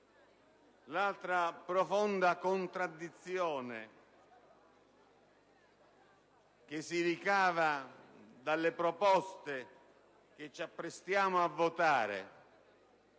un'altra profonda contraddizione che si ricava dalle proposte che ci apprestiamo a votare.